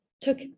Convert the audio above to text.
took